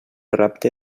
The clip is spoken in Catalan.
rapte